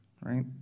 right